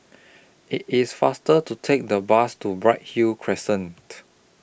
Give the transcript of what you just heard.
IT IS faster to Take The Bus to Bright Hill Crescent